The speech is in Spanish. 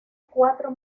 cuatro